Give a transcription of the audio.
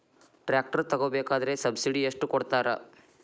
Tractor ತಗೋಬೇಕಾದ್ರೆ subsidy ಎಷ್ಟು ಕೊಡ್ತಾರ?